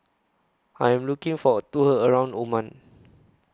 I Am looking For A Tour around Oman